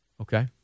Okay